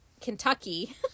Kentucky